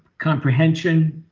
comprehension